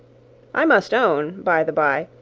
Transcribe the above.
i must own, by the by,